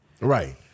Right